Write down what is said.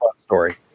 story